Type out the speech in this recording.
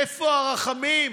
איפה הרחמים?